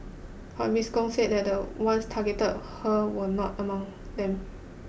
but Miss Gong said the ones who targeted her were not among them